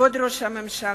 כבוד ראש הממשלה,